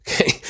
Okay